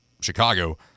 Chicago